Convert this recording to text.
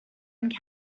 and